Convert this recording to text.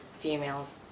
females